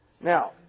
Now